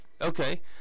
Okay